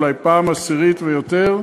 אולי בפעם העשירית ויותר,